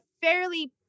fairly